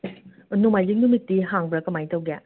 ꯅꯣꯡꯃꯥꯏꯖꯤꯡ ꯅꯨꯃꯤꯠꯇꯤ ꯍꯥꯡꯕ꯭ꯔꯥ ꯀꯃꯥꯏ ꯇꯧꯒꯦ